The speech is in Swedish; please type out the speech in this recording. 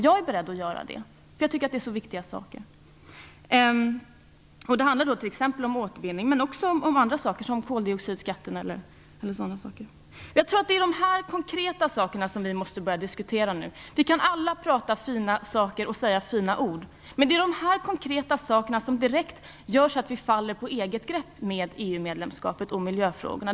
Jag är beredd att göra det, därför att jag tycker att det är så viktiga frågor. Det handlar om återvinning men också om t.ex. koldioxidskatterna. Jag tror att det är dessa konkreta frågor vi måste börja diskutera nu. Vi kan alla prata om fina saker och säga fina ord, men det är dessa konkreta frågor som direkt gör att vi faller på eget grepp vad gäller EU medlemskapet och miljöfrågorna.